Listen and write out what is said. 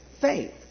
faith